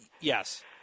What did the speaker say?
Yes